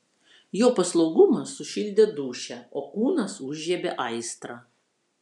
jo paslaugumas sušildė dūšią o kūnas užžiebė aistrą